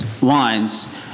wines